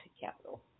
capital